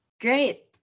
great